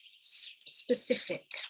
specific